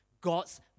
God's